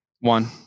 One